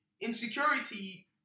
insecurity